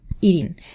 eating